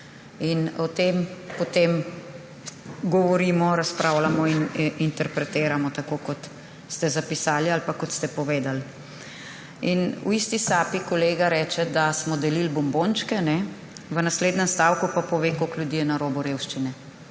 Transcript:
O tem potem govorimo, razpravljamo in interpretiramo tako, kot ste zapisali ali kot ste povedali. V isti sapi kolega reče, da smo delili bombončke, v naslednjem stavku pa pove, koliko ljudi je na robu revščine.